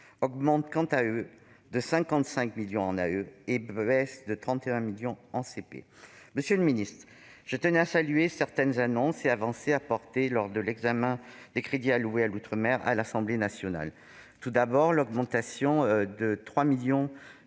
eux une hausse de 55 millions en AE et baissent de 31 millions en CP. Monsieur le ministre, je tenais à saluer certaines annonces et certaines avancées effectuées lors de l'examen des crédits alloués à l'outre-mer à l'Assemblée nationale. Je pense, tout d'abord, à l'augmentation de 3 millions